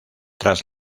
tras